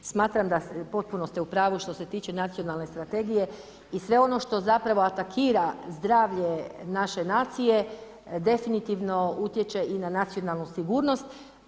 Smatram da, potpuno ste u pravu što se tiče Nacionalne strategije i sve ono što zapravo atakira zdravlje naše nacije definitivno utječe i na nacionalnu sigurnost.